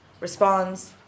responds